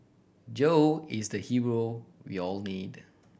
Joe is the hero we all need